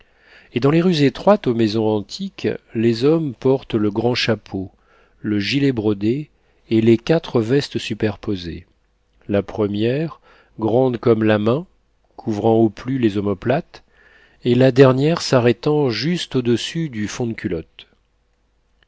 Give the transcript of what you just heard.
et dans les rues étroites aux maisons antiques les hommes portent le grand chapeau le gilet brodé et les quatre vestes superposées la première grande comme la main couvrant au plus les omoplates et la dernière s'arrêtant juste au-dessus du fond de culotte